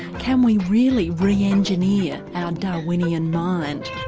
can we really re-engineer our darwinian mind?